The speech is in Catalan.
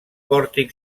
pòrtic